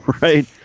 right